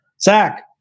Zach